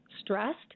stressed